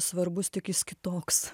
svarbus tik jis kitoks